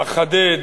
ואחדד: